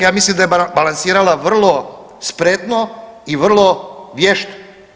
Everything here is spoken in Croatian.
Ja mislim da je balansirala vrlo spretno i vrlo spretno.